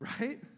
Right